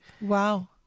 Wow